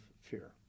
fear